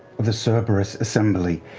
the so cerberus assembly.